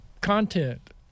content